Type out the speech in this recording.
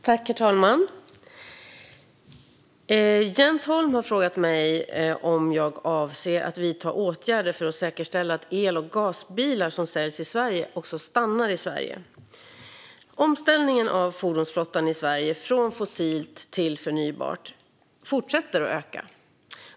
Herr talman! Jens Holm har frågat mig om jag avser att vidta åtgärder för att säkerställa att el och gasbilar som säljs i Sverige också stannar i Sverige. Omställningen av fordonsflottan i Sverige från fossilt till förnybart fortsätter att öka.